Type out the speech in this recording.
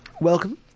Welcome